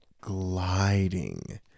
gliding